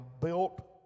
built